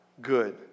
good